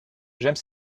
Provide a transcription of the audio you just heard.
j’aime